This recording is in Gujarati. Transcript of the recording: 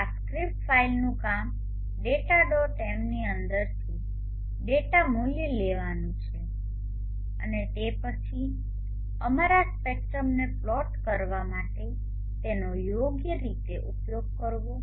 આ સ્ક્રિપ્ટ ફાઇલનું કામ ડેટા ડોટ mની અંદરથી ડેટા મૂલ્યો લેવાનું છે અને તે પછી અમારા સ્પેક્ટ્રમને પ્લોટ કરવા માટે તેનો યોગ્ય રીતે ઉપયોગ કરવો છે